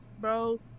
bro